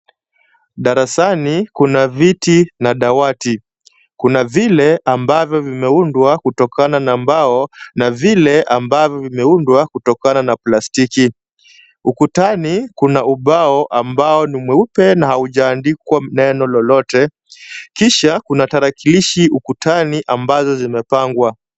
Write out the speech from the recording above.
Darasani kuna viti na dawati. Kuna vile ambavyo vimeundwa kutokana na mbao na vile ambavyo vimeundwa kutokana na plastiki. Ukutani kuna ubao ambao ni mweupe na hujaandikwa neno lolote. Kisha kuna tarakilishi ukutani ambazo zimepangwa.